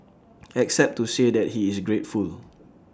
except to say that he is grateful